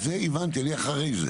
את זה הבנתי, אני אחרי זה.